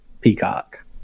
peacock